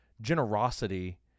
generosity